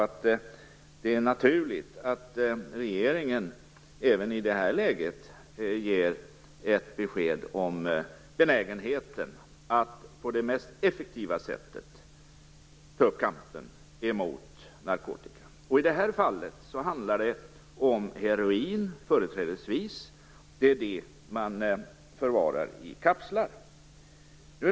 Det är naturligt att regeringen även i detta läge ger ett besked om benägenheten att på det mest effektiva sättet ta upp kampen mot narkotika. I detta fall handlar det företrädesvis om heroin. Det är det man förvarar i kapslar.